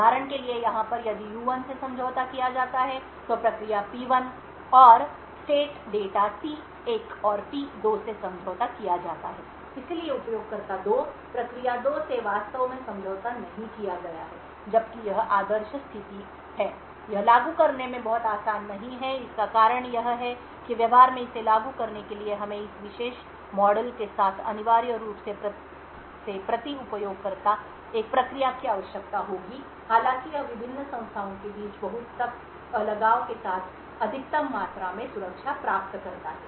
उदाहरण के लिए यहाँ पर यदि U1 से समझौता किया जाता है तो प्रक्रिया P1 और state डेटा T1 और P2 से समझौता किया जाता है इसलिए उपयोगकर्ता 2 प्रक्रिया 2 से वास्तव में समझौता नहीं किया गया है जबकि यह आदर्श स्थिति है यह लागू करने में बहुत आसान नहीं है इसका कारण यह है कि व्यवहार में इसे लागू करने के लिए हमें इस विशेष मॉडल के साथ अनिवार्य रूप से प्रति उपयोगकर्ता एक प्रक्रिया की आवश्यकता होगी हालांकि यह विभिन्न संस्थाओं के बीच बहुत सख्त अलगाव के साथ अधिकतम मात्रा में सुरक्षा प्राप्त करता है